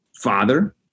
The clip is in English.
father